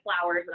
flowers